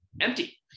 empty